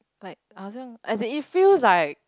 like I wasn't as in it feels like